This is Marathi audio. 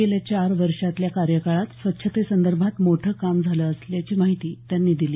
गेल्या चार वर्षांतील्या कार्यकाळात स्वच्छतेसंदर्भात मोठं काम झालं असल्याचं माहिती त्यांनी दिली